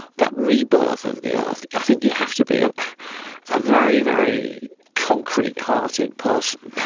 that rebirth of the earth. i think you have to be a ah very, very concrete-hearted person